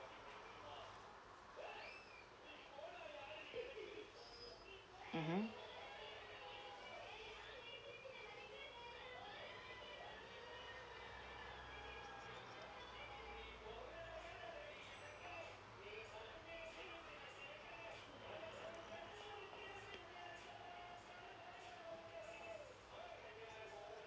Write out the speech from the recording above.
mmhmm